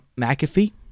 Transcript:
McAfee